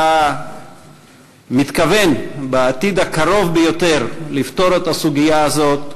אתה מתכוון בעתיד הקרוב ביותר לפתור את הסוגיה הזאת,